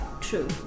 true